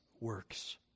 works